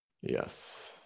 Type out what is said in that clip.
Yes